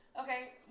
Okay